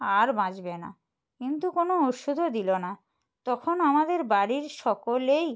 আর বাঁচবে না কিন্তু কোনো ওষুধও দিল না তখন আমাদের বাড়ির সকলেই